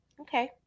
Okay